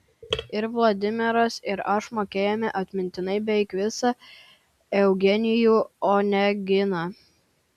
ir vladimiras ir aš mokėjome atmintinai beveik visą eugenijų oneginą